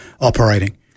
operating